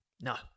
No